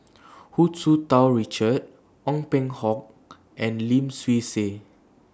Hu Tsu Tau Richard Ong Peng Hock and Lim Swee Say